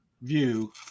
view